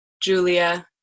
Julia